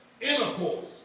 intercourse